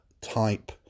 type